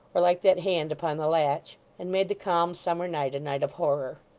or like that hand upon the latch, and made the calm summer night, a night of horror.